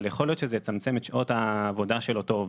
יכול להיות שזה יצמצם את שעות העבודה של אותו עובד,